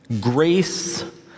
grace